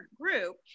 group